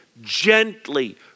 gently